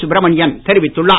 சுப்ரமணியன் தெரிவித்துள்ளார்